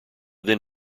then